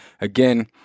again